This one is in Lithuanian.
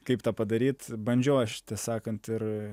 kaip tą padaryt bandžiau aš tiesą sakant ir